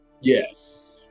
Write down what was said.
Yes